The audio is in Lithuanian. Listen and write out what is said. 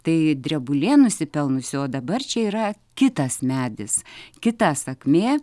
tai drebulė nusipelnusi o dabar čia yra kitas medis kita sakmė